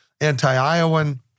anti-Iowan